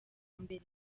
mbere